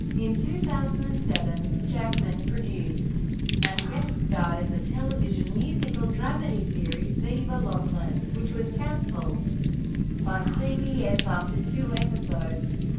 in two thousand and seven, jackman produced and guest-starred in the television musical-dramedy series viva laughlin, which was cancelled by cbs after two episodes.